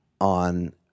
on